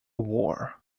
war